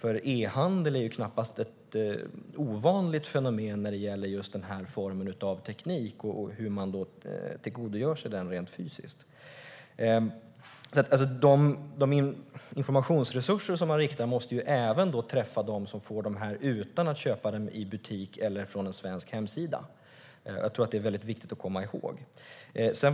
E-handel är knappast ett ovanligt fenomen när det gäller just den här formen av teknik och hur man tillgodogör sig den rent fysiskt. De informationsresurser som man riktar måste även träffa dem som får den här utan att köpa den i butik eller via en svensk hemsida. Jag tror att det är väldigt viktigt att komma ihåg det.